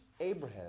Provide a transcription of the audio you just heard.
Abraham